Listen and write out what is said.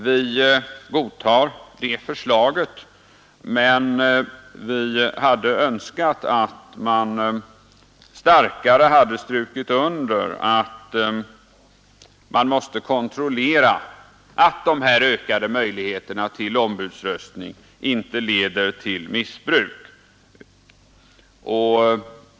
Vi godtar förslaget, men vi hade önskat att man starkare strukit under att det måste kontrolleras att de här ökade möjligheterna till ombudsröstning inte leder till missbruk.